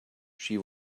she